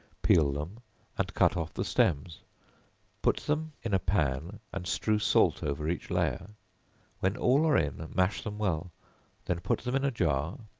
peel them and cut off the stems put them in a pan and strew salt over each layer when all are in, mash them well then put them in a jar,